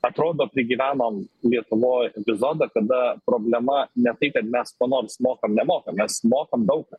atrodo prigyvenom lietuvoj epizodą kada problema ne tai kad mes ką nors mokam nemokam mes mokam daug ką